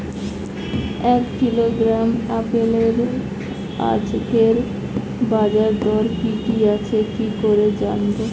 এক কিলোগ্রাম আপেলের আজকের বাজার দর কি কি আছে কি করে জানবো?